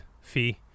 fee